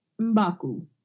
Mbaku